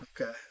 Okay